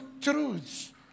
truths